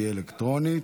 תהיה אלקטרונית.